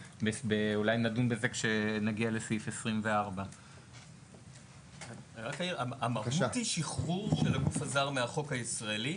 אולי נדון בשאלה הזו כשנגיע לסעיף 24. המהות היא שחרור של הגוף הזר מהחוק הישראלי,